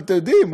אבל אתם יודעים,